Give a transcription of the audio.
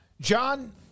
John